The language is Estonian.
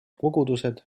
kogudused